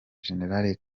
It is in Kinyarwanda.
général